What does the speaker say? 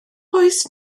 oes